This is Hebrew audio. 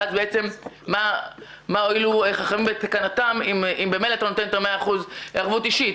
ואז בעצם מה הועילו --- אם ממילא אתה נותן את מאה האחוז ערבות אישית.